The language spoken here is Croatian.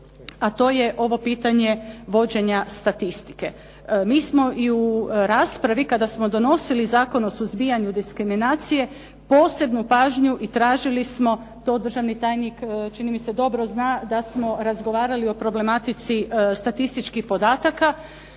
a to je ovo pitanje vođenja statistike. Mi smo i u raspravi, kada smo donosili Zakon o suzbijanju diskriminacije posebnu pažnju i tražili smo, to državni tajnik čini mi se dobro zna, da smo razgovarali o problematici statističkih podataka.